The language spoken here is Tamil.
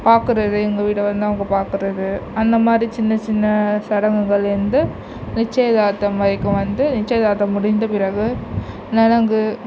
பார்க்கறது இவங்க வீடை வந்து அவங்க பார்க்கறது அந்த மாதிரி சின்ன சின்ன சடங்குகள் இருந்து நிச்சயதார்த்தம் வரைக்கும் வந்து நிச்சயதார்த்தம் முடிந்த பிறகு நலங்கு